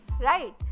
right